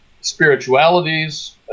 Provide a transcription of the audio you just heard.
spiritualities